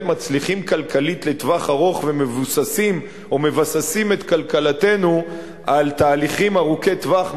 מצליחים כלכלית לטווח ארוך או מבססים את כלכלתנו על תהליכים ארוכי טווח,